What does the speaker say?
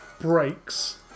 breaks